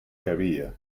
career